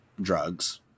drugs